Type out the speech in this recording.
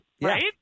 Right